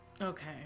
Okay